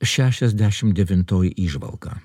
šešiasdešim devintoji įžvalga